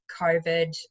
covid